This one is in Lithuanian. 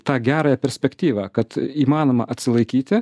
tą gerąją perspektyvą kad įmanoma atsilaikyti